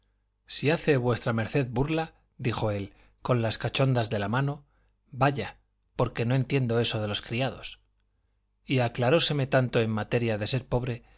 si hace v md burla dijo él con las cachondas de la mano vaya porque no entiendo eso de los criados y aclaróseme tanto en materia de ser pobre